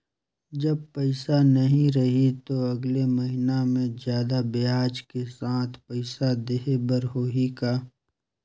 जब पइसा नहीं रही तो अगले महीना मे जादा ब्याज के साथ पइसा देहे बर होहि का?